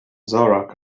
zora